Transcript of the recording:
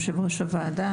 יושב ראש הוועדה;